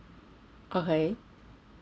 okay